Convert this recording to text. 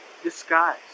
Disguise